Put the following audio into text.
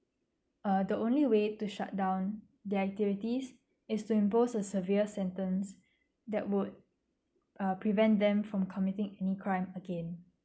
uh the only way to shut down their activities is to impose a severe sentence that would uh prevent them from committing any crime again